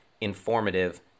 informative